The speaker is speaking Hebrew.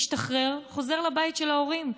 משתחרר וחוזר לבית של ההורים.